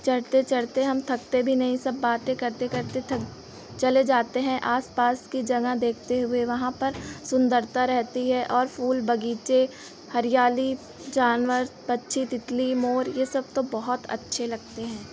चढ़ते चढ़ते हम थकते भी नहीं सब बातें करते करते थक चले जाते हैं आस पास की जगह देखते हुए वहाँ पर सुन्दरता रहती है और फूल बग़ीचे हरियाली जानवर पक्षी तितली मोर ये सब तो बहुत अच्छे लगते हैं